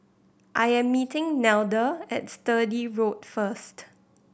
I am meeting Nelda at Sturdee Road first